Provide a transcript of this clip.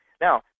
Now